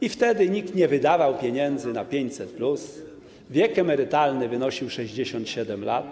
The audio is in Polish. I wtedy nikt nie wydawał pieniędzy na 500+, a wiek emerytalny wynosił 67 lat.